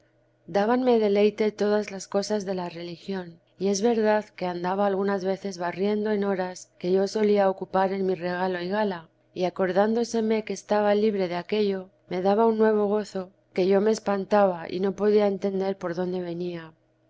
dábanme deleite todas las cosas de la religión y es verdad que andaba algunas veces barriendo en horas que yo solía ocupar en mi regalo y gala y acordándoseme que estaba libre de aquello me deba un nuevo gozo que yo me espantaba y no podía entender por dónde venía